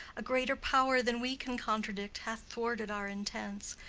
a greater power than we can contradict hath thwarted our intents.